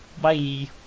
Bye